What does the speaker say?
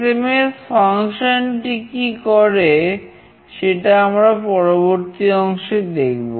SMS টি কি করে সেটা আমরা পরবর্তী অংশে দেখব